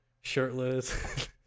shirtless